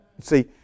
See